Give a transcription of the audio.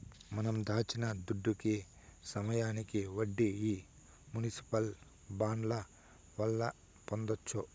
మనం దాచిన దుడ్డుకి సమయానికి వడ్డీ ఈ మునిసిపల్ బాండ్ల వల్ల పొందొచ్చు